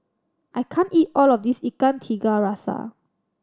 I can't eat all of this Ikan Tiga Rasa